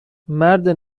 مرد